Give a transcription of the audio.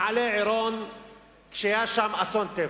ומעלה-עירון כשהיה שם אסון טבע.